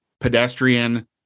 pedestrian